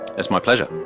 it's my pleasure.